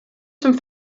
zum